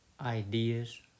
ideas